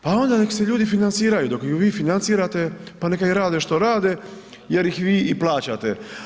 Pa onda neka se ljudi financiraju, dok ih vi financirate pa neka i rade što rade jer ih vi i plaćate.